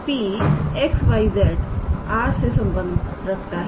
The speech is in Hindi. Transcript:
तो 𝑃𝑥 𝑦 𝑧 R से संबंध रखता है